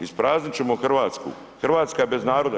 Ispraznit ćemo Hrvatsku, Hrvatska je bez naroda.